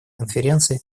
конференции